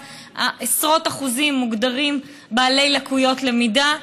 עשרות אחוזים מוגדרים בעלי לקויות למידה.